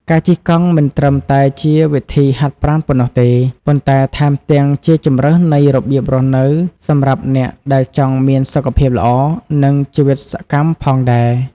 ការជិះកង់មិនត្រឹមតែជាវិធីហាត់ប្រាណនោះទេ ប៉ុន្តែថែមទាំងជាជម្រើសនៃរបៀបរស់នៅសម្រាប់អ្នកដែលចង់មានសុខភាពល្អ និងជីវិតសកម្មផងដែរ។